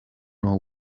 know